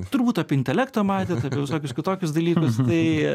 turbūt apie intelektą matėt apie visokius kitokius dalykus tai